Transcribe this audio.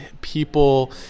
people